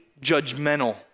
judgmental